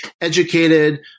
educated